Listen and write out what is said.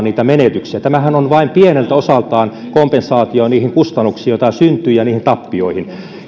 niitä menetyksiä tämähän on vain pieneltä osaltaan kompensaatio niihin kustannuksiin joita syntyy ja niihin tappioihin